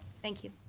thank you